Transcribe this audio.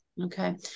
Okay